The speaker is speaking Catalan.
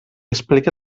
explica